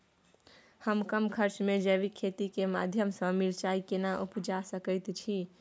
हम कम खर्च में जैविक खेती के माध्यम से मिर्चाय केना उपजा सकेत छी?